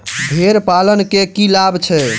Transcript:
भेड़ पालन केँ की लाभ छै?